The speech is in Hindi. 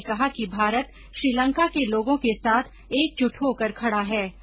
उन्होंने कहा कि भारत श्रीलंका के लोगों के साथ एकजुट होकर खड़ा है